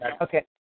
Okay